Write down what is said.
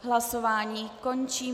Hlasování končím.